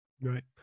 Right